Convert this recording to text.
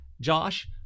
Josh